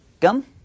Gum